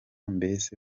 mbese